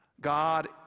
God